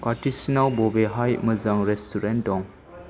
खाथिसिनाव बबेहाय मोजां रेस्टुरेन्ट दं